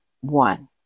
one